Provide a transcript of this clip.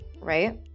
right